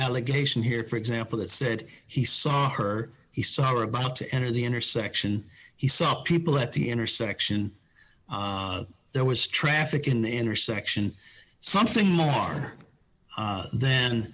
allegation here for example that said he saw her he saw her about to enter the intersection he saw people at the intersection there was traffic an intersection something more